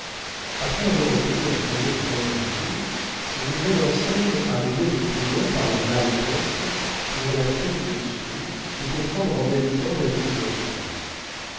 après avoir obtenu un congé de quinze jours le nouvel enseigne arrivait de toulon par la malle-poste pour la fête d'ursule et pour prendre en même temps l'avis du docteur